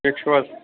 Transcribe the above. ٹھیٖک چھُو حظ